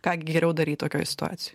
ką geriau daryti tokioj situacijoj